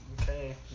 okay